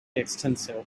extensive